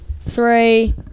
three